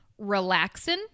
relaxin